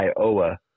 Iowa